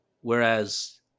Whereas